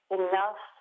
enough